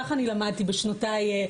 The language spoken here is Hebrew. כך אני למדתי בשנותיי,